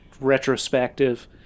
retrospective